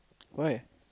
why